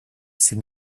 sind